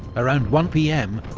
around one pm,